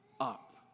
up